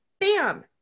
bam